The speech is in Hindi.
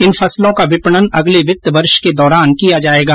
इन फसलों का विपणन अगले वित्त वर्ष के दौरान किया जाएगा